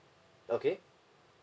okay